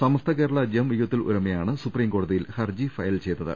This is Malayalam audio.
സമസ്ത കേരള ജം ഇയ്യത്തുൽ ഉലമയാണ് സുപ്രീംകോടതിയിൽ ഹർജി ഫയൽ ചെയ്തത്